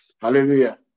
Hallelujah